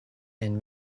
and